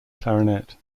clarinet